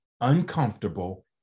uncomfortable